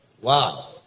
Wow